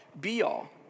be-all